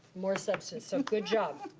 more substance, so good job.